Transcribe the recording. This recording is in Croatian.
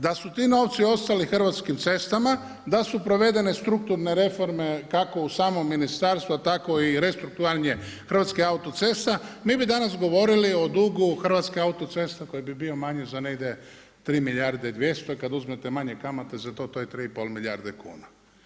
Da su ti novci ostali Hrvatskim cestama, da su provedene strukturne reforme, kako u samom ministarstvu, a tako i restrukturiranje Hrvatskih autocesta, mi bi danas govorili o dugu Hrvatskih autocesta koji bi bio manje za negdje 3 milijarde 200 kada uzmete manje kamate za to to je 3 i pol milijarde kuna.